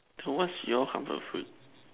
so what's your comfort food